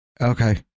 Okay